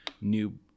new